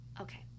okay